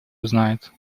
узнает